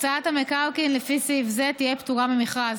הקצאת המקרקעין לפי סעיף זה תהיה פטורה ממכרז,